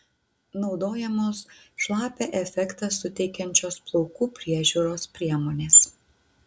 naudojamos šlapią efektą suteikiančios plaukų priežiūros priemonės